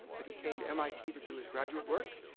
but he came to mit to do his graduate work.